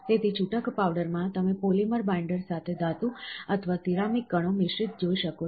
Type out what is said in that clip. તેથી છૂટક પાવડરમાં તમે પોલિમર બાઈન્ડર સાથે ધાતુ અથવા સિરામિક કણો મિશ્રિત જોઈ શકો છો